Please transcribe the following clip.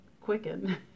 quicken